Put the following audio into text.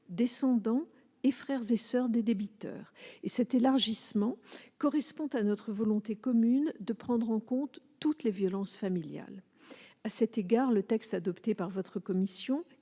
descendants, frères et soeurs des débiteurs. Cet élargissement correspond à notre volonté commune de prendre en compte toutes les violences familiales. À cet égard, le texte adopté par votre commission,